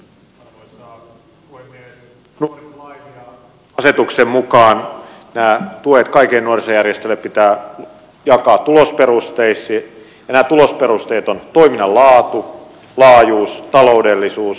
nuorisolain ja asetuksen mukaan nämä tuet kaikille nuorisojärjestöille pitää jakaa tulosperustein ja nämä tulosperusteet ovat toiminnan laatu laajuus taloudellisuus